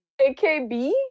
AKB